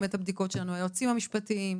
את הבדיקות שלנו עם היועצים המשפטיים.